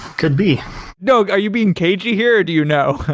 could be no, are you being cagey here, or do you know?